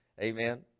Amen